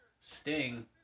Sting